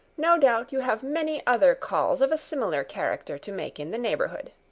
no doubt you have many other calls of a similar character to make in the neighbourhood.